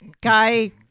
guy